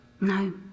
No